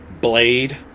Blade